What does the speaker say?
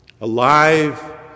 alive